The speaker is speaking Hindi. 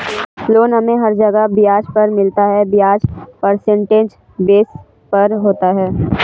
लोन हमे हर जगह ब्याज पर मिलता है ब्याज परसेंटेज बेस पर होता है